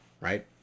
right